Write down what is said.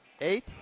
eight